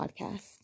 podcast